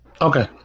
Okay